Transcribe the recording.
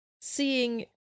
seeing